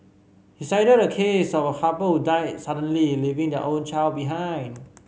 he cited a case of a couple died suddenly leaving their only child behind